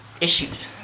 issues